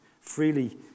freely